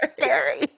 scary